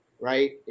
right